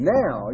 now